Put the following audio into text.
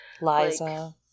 Liza